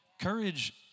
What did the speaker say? Courage